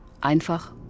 Einfach